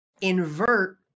invert